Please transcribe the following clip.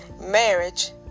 marriage